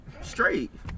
straight